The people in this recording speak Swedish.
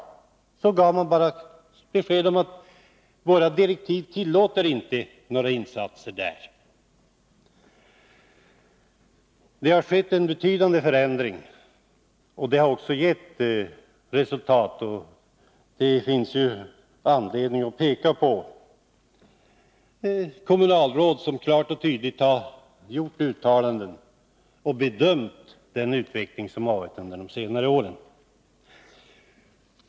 Det gavs bara beskedet att lantbruksnämndens direktiv inte tillät några insatser i dessa områden. Det har skett en betydande förändring som också gett resultat. Det finns anledning att nämna s-kommunalråd som klart och tydligt har gjort uttalanden om den positiva utvecklingen som har varit under senare år.